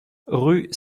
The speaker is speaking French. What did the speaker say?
rue